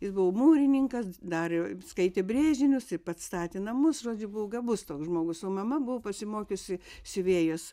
jis buvo mūrininkas darė skaitė brėžinius ir pats statė namus žodžiu buvo gabus toks žmogus o mama buvo pasimokiusi siuvėjos